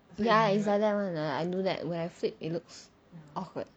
ya is like that [one] lah I do that when I flip it looks awkward